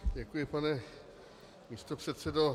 Děkuji, pane místopředsedo.